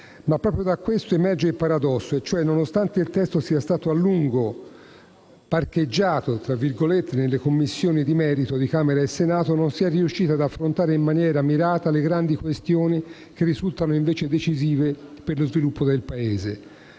Ma proprio da questo emerge il paradosso: nonostante il testo sia stato a lungo "parcheggiato" nelle Commissioni di merito di Camera e Senato, non si è riusciti ad affrontare in maniera mirata le grandi questioni che risultano invece decisive per lo sviluppo del Paese.